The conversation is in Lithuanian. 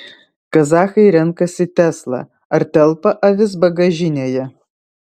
kazachai renkasi tesla ar telpa avis bagažinėje